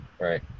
Right